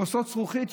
כוסות זכוכית,